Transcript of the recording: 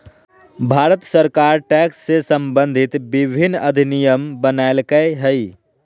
भारत सरकार टैक्स से सम्बंधित विभिन्न अधिनियम बनयलकय हइ